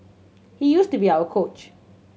he used to be our coach